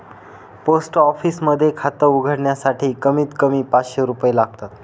post office मध्ये खात उघडण्यासाठी कमीत कमी पाचशे रुपये लागतात